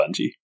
Bungie